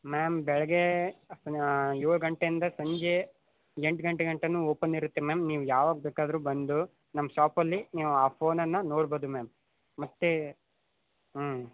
ma'am ಬೆಳಗ್ಗೆ ಏಳು ಗಂಟೆಯಿಂದ ಸಂಜೆ ಎಂಟು ಗಂಟೆ ಗಂಟನೂ ಓಪನ್ ಇರುತ್ತೆ ಮ್ಯಾಮ್ ನೀವು ಯಾವಾಗ ಬೇಕಾದರೂ ಬಂದು ನಮ್ಮ ಶಾಪಲ್ಲಿ ನೀವು ಆ ಫೋನನ್ನು ನೋಡ್ಬೌದು ಮ್ಯಾಮ್ ಮತ್ತೆ ಹ್ಞೂ